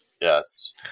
Yes